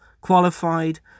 qualified